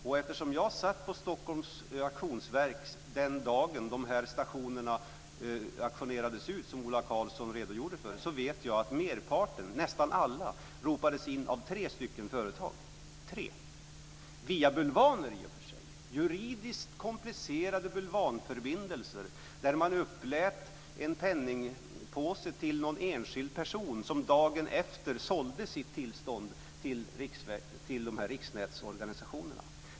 Och eftersom jag satt på Stockholms Auktionsverk den dagen som dessa stationer auktionerades ut, vilket Ola Karlsson redogjorde för, vet jag att merparten, nästan alla, ropades in av tre företag, i och för sig via bulvaner, juridiskt komplicerade bulvanförbindelser där man upplät en penningpåse till någon enskild person som dagen efter sålde sitt tillstånd till dessa riksnätsorganisationer.